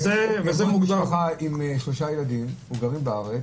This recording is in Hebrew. משפחה עם שלושה ילדים שגרים בארץ,